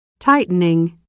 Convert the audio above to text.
tightening 、